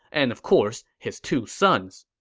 and of course, his two sons.